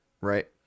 right